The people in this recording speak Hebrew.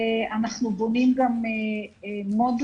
אנחנו גם בונים מודולה,